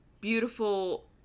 beautiful